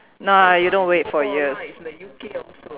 nah you don't wait for years